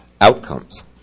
outcomes